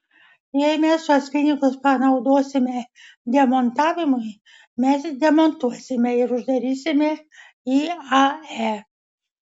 jei mes tuos pinigus panaudosime demontavimui mes demontuosime ir uždarysime iae